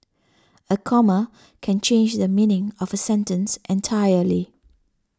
a comma can change the meaning of a sentence entirely